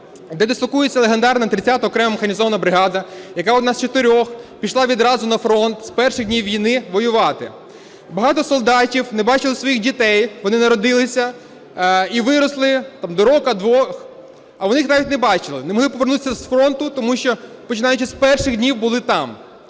де дислокується легендарна 30-а окрема механізована бригада, яка одна з чотирьох пішла відразу на фронт з перших днів війни воювати. Багато солдатів не бачили своїх дітей, вони народилися і виросли там до року-двох, а вони їх навіть не бачили, не могли повернутися з фронту, тому що починаючи з перших днів були там.